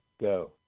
go